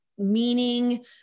meaning